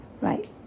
right